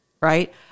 right